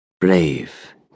brave